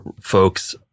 folks